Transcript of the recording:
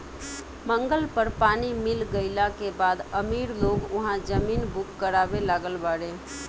मंगल पर पानी मिल गईला के बाद अमीर लोग उहा जमीन बुक करावे लागल बाड़े